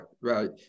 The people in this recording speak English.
right